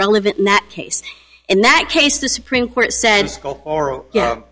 relevant in that case in that case the supreme court said y